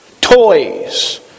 toys